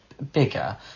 Bigger